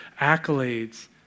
accolades